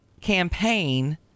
campaign